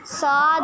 saw